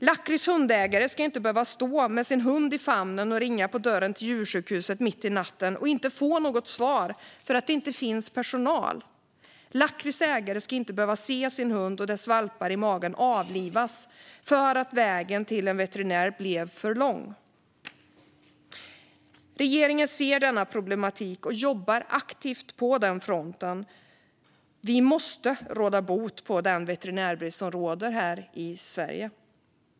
Lakkrys ägare ska inte behöva stå med sin hund i famnen och ringa på dörren till djursjukhuset mitt i natten - och inte få något svar därför att det inte finns personal. Lakkrys ägare ska inte behöva se sin hund och dess valpar i magen avlivas för att vägen till en veterinär blev för lång. Regeringen ser denna problematik och jobbar aktivt på den fronten. Vi måste råda bot på den veterinärbrist som råder här i Sverige.